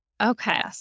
Okay